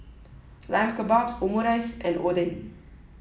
Lamb Kebabs Omurice and Oden